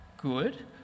good